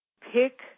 pick